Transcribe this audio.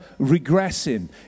regressing